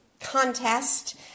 contest